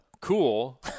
cool